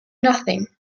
nothing